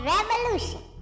Revolution